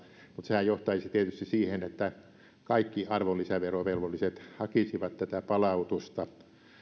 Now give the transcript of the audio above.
mutta sehän johtaisi tietysti siihen että kaikki arvonlisäverovelvolliset hakisivat tätä palautusta